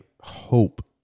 hope